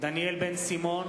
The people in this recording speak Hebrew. דניאל בן-סימון,